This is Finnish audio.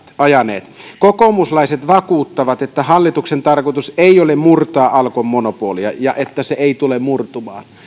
ajaneet kokoomuslaiset vakuuttavat että hallituksen tarkoitus ei ole murtaa alkon monopolia ja että se ei tule murtumaan